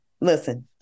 listen